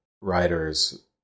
writers